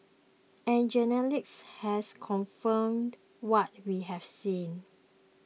and genetics has confirmed what we have seen